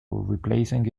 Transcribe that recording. replacing